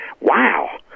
wow